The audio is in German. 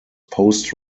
post